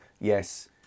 Yes